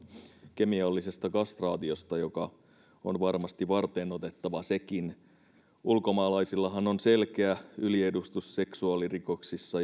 kemiallisesta kastraatiosta joka on varmasti varteenotettava sekin ulkomaalaisillahan on selkeä yliedustus seksuaalirikoksissa